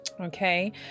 Okay